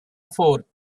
forth